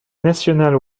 national